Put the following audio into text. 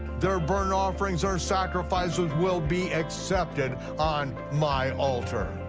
their burnt offerings or sacrifices will be accepted on my altar,